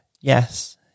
Yes